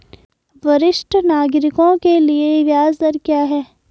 वरिष्ठ नागरिकों के लिए ब्याज दर क्या हैं?